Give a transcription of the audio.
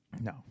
No